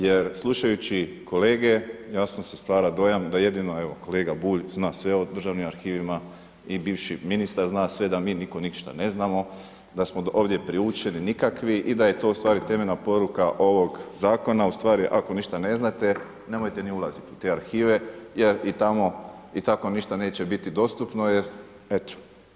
Jer slušajući kolege jasno se stvara dojam da jedino kolega Bulj zna sve o državnim arhivima i bivši ministar zna sve da mi niko ništa ne znamo, da smo ovdje priučeni, nikakvi i da je to ustvari temeljna poruka ovog zakona, ustvari ako ništa ne znate nemojte ni ulaziti u te arhive jer i tamo i tako vam ništa neće biti dostupno jer eto.